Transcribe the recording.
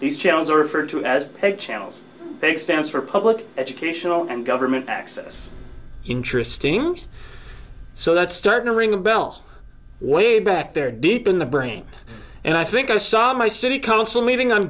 these channels are referred to as pay channels big stands for public educational and government access interesting so that started to ring a bell way back there deep in the brain and i think i saw my city council meeting on